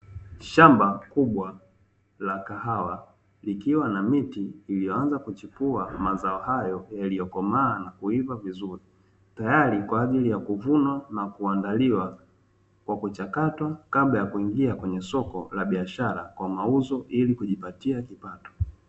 Shamba kubwa la kahawa, likiwa na miti iliyoanza kuchipua, mazao hayo yaliyokomaa na kuiva vizuri, tayari kwa ajili ya kuvunwa na kuandaliwa kwa kuchakatwa, kabla ya kuingia kwenye soko la biashara, kwa mauzo ili kujipatia kipato.